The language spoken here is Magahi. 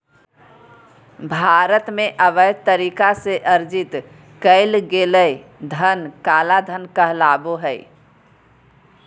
भारत में, अवैध तरीका से अर्जित कइल गेलय धन काला धन कहलाबो हइ